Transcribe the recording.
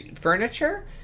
furniture